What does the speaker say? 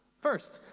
first,